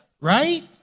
right